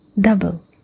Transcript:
double